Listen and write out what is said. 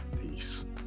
Peace